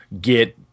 get